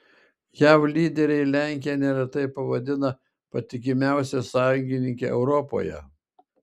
jav lyderiai lenkiją neretai pavadina patikimiausia sąjungininke europoje